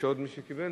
יש עוד מי שקיבל?